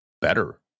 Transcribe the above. better